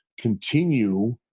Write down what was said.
continue